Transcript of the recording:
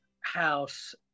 house